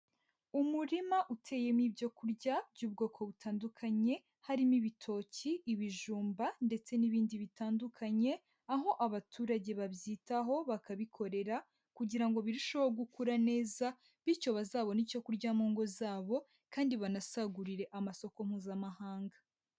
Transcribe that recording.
Umurima uteyemo ibyo kurya by'ubwoko butandukanye, harimo ibitoki, ibijumba ndetse n'ibindi bitandukanye, aho abaturage babyitaho bakabikorera kugira ngo birusheho gukura neza, bityo bazabone icyo kurya mu ngo zabo, kandi banasagurire amasoko mpuzamahanga.